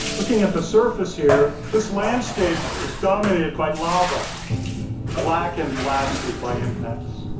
looking at the surface here, this landscape is dominated by lava black and blasted by impacts.